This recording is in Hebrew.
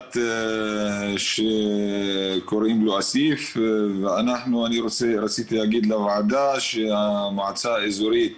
המנחת שקוראים לו אסיף ואני רציתי להגיד לוועדה שהמועצה האזורית